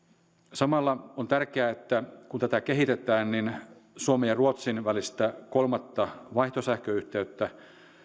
samalla on tärkeää että kun tätä kehitetään niin suomen ja ruotsin välistä kolmatta vaihtosähköyhteyttä